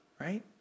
right